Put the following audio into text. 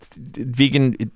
vegan